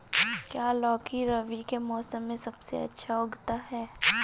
क्या लौकी रबी के मौसम में सबसे अच्छा उगता है?